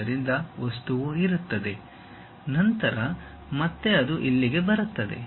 ಆದ್ದರಿಂದ ವಸ್ತುವು ಇರುತ್ತದೆ ನಂತರ ಮತ್ತೆ ಅದು ಇಲ್ಲಿಗೆ ಬರುತ್ತದೆ